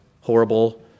horrible